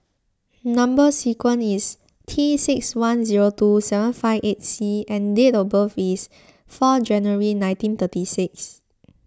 Number Sequence is T six one zero two seven five eight C and date of birth is four January nineteen thirty six